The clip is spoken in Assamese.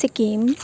ছিকিম